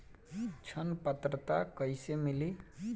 ऋण पात्रता कइसे मिली?